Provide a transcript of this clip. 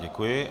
Děkuji.